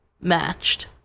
matched